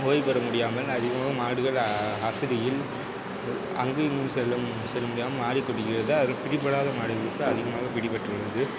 ஓய்வுபெற முடியாமல் அதிகமாக மாடுகள் அசதியில் அங்கும் இங்கும் செல்லும் செல்ல முடியாமல் வாடி துடிக்கிறது அது பிடிபடாத மாடுகளுக்கு அதிகமாக பிடிபட்டு விடுகிறது